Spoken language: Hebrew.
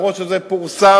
גם אם זה פורסם,